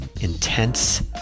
intense